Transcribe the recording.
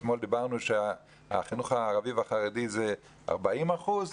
אתמול דיברנו על כך שהחינוך הערבי והחרדי הוא 40 אחוזים,